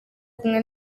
kumwe